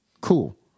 Cool